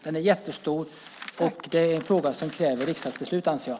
Den är jättestor, och det är en fråga som kräver riksdagsbeslut, anser jag.